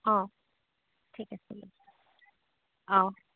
অ ঠিক আছে অ